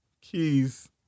Keys